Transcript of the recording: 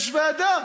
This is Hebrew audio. יש ועדה,